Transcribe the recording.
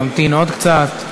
נמתין עוד קצת.